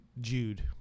jude